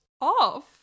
off